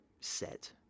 set